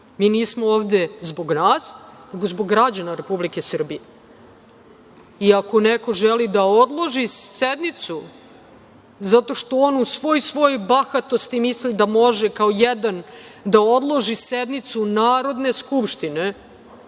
Mi nismo ovde zbog nas, nego zbog građana Republike Srbije. Ako neko želi da odloži sednicu zato što on u svoj svojoj bahatosti misli da može kao jedan da odloži sednicu Narodne skupštine,